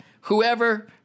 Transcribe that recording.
Whoever